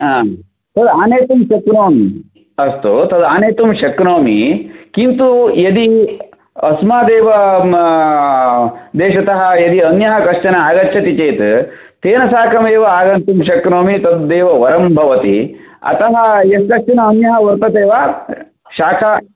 आम् तत् आनयतुं शक्नोमि अस्तु तत् आनयतुं शक्नोमि किन्तु यदि अस्मादेव देशत यदि अन्यः कश्चन आगच्छति चेत् तेन साकम् एव आगन्तुं शक्नोमि तदेव वरं भवति अतः यत्कश्चन अन्यः वर्तते वा शाका